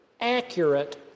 accurate